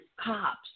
cops